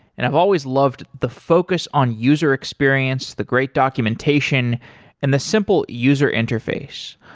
and i've always loved the focus on user experience, the great documentation and the simple user interface.